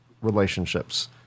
relationships